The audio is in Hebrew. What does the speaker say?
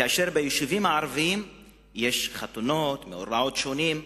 כאשר ביישובים הערביים יש חתונות ומאורעות שונים.